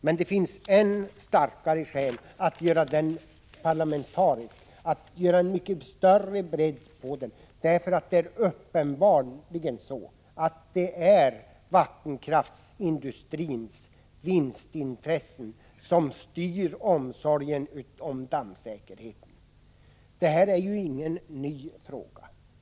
Men det finns än starkare skäl för att göra den parlamentarisk, att ge den verklig bredd, eftersom det uppenbarligen är vattenkraftsindustrins vinstintressen som styr omsorgen om dammsäkerheten. Detta är ingen ny fråga.